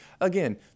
again